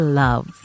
love